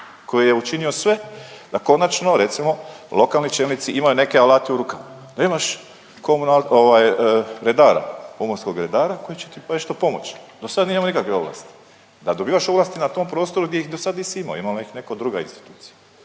koji je učinio sve da konačno, recimo, lokalni čelnici imaju neke alate u rukama. Da imaš .../nerazumljivo/... ovaj redara, pomorskog redara koji će ti nešto pomoći. Do sad nije imao nikakve ovlasti. Da dobivaš ovlasti na tom prostoru gdje ih do sad nisi imao, imala ih je neka druga institucija.